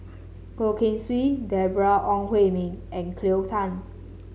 Goh Keng Swee Deborah Ong Hui Min and Cleo Thang